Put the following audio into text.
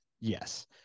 Yes